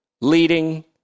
leading